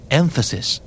emphasis